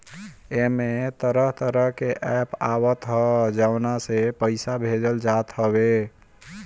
एमे तरह तरह के एप्प आवत हअ जवना से पईसा भेजल जात हवे